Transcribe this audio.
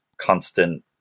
constant